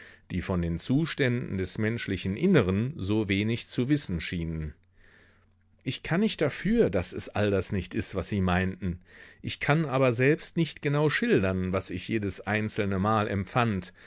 die von den zuständen des menschlichen inneren so wenig zu wissen schienen ich kann nicht dafür daß es all das nicht ist was sie meinten ich kann aber selbst nicht genau schildern was ich jedes einzelnemal empfand